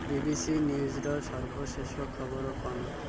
ବି B C ନ୍ୟୁଜ୍ର ସର୍ବଶେଷ ଖବର କ'ଣ